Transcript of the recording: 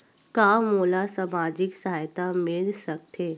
का मोला सामाजिक सहायता मिल सकथे?